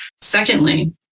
Secondly